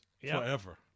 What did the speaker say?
forever